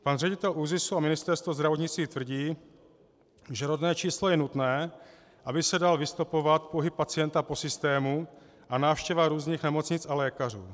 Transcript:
Pan ředitel ÚZIS a Ministerstvo zdravotnictví tvrdí, že rodné číslo je nutné, aby se dal vystopovat pohyb pacienta po systému a návštěva různých nemocnic a lékařů.